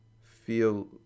feel